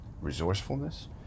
resourcefulness